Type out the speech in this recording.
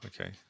Okay